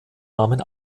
namen